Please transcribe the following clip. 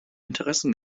interessen